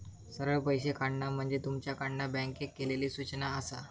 सरळ पैशे काढणा म्हणजे तुमच्याकडना बँकेक केलली सूचना आसा